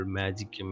magic